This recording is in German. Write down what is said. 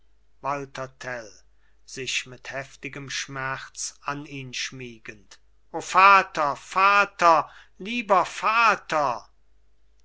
tell sich mit heftigem schmerz an ihn schmiegend o vater vater lieber vater